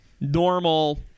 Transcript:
normal